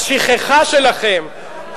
השכחה שלכם,